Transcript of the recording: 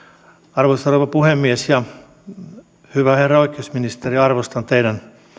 arvoisa rouva puhemies hyvä herra oikeusministeri arvostan teidän